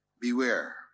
beware